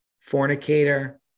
Fornicator